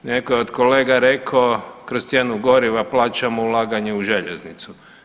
Netko je od kolega rekao kroz cijenu goriva plaćamo ulaganje u željeznicu.